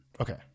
Okay